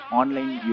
online